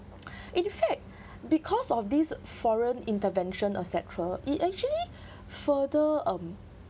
and in fact because of these foreign intervention etcetera it actually further um